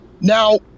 Now